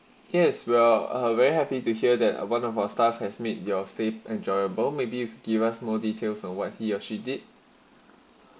yes well very happy to hear that one of our staff has made your stay enjoyable maybe give us more details on what he or she did